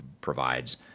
provides